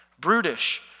brutish